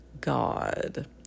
god